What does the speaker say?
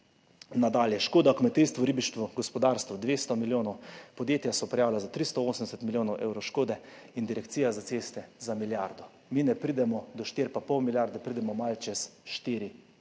Nadalje, škoda v kmetijstvu, ribištvu, gospodarstvu 200 milijonov, podjetja so prijavila za 380 milijonov evrov škode in direkcija za ceste za milijardo. Mi ne pridemo do 4 pa pol milijard, pridemo malo čez 4 milijarde.